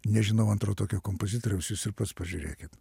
nežinau antro tokio kompozitoriaus jūs ir pats pažiūrėkit